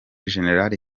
gen